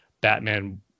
Batman